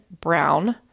brown